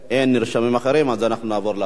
אין נרשמים אחרים, אז נעבור להצבעה.